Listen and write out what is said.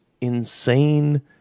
insane